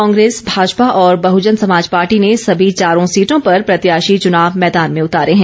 कांग्रेस भाजपा और बहजन समाज पार्टी ने सभी चारों सीटों पर प्रत्याशी चुनाव मैदान में उतारे हैं